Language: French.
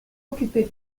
occupées